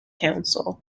council